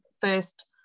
first